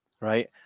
right